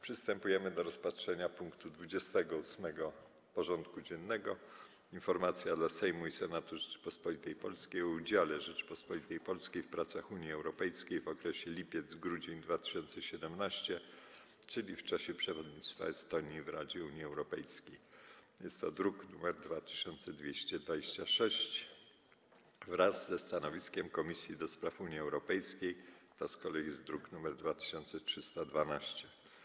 Przystępujemy do rozpatrzenia punktu 28. porządku dziennego: Informacja dla Sejmu i Senatu Rzeczypospolitej Polskiej o udziale Rzeczypospolitej Polskiej w pracach Unii Europejskiej w okresie lipiec-grudzień 2017 r. (przewodnictwo Estonii w Radzie Unii Europejskiej) (druk nr 2226) wraz ze stanowiskiem Komisji do Spraw Unii Europejskiej (druk nr 2312)